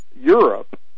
Europe